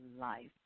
Life